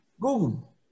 Google